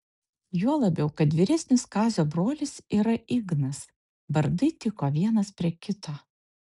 juo labiau kad vyresnis kazio brolis yra ignas vardai tiko vienas prie kito